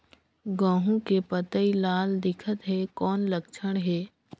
गहूं के पतई लाल दिखत हे कौन लक्षण हे?